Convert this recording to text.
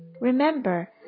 Remember